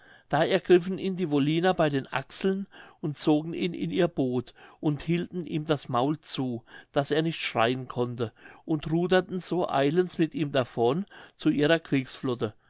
da ergriffen ihn die wolliner bei den achseln und zogen ihn in ihr boot und hielten ihm das maul zu daß er nicht schreien konnte und ruderten so eilends mit ihm davon zu ihrer kriegsflotte